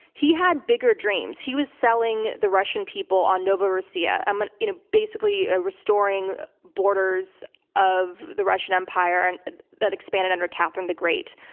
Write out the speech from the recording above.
he had biggerdreams. he was selling the russian people on novorossiya, um ah you know basically ah restoring borders of the russian empire and that expanded under catherine the great,